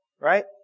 Right